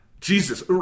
Jesus